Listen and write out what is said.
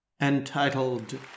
Entitled